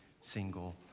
single